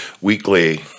Weekly